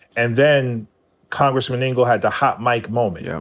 and then congressman engle had the hot mic moment. yeah